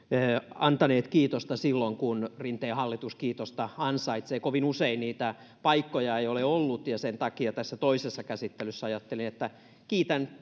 antaneet kiitosta silloin kun rinteen hallitus kiitosta ansaitsee kovin usein niitä paikkoja ei ole ollut ja sen takia tässä toisessa käsittelyssä ajattelin että kiitän